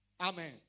Amen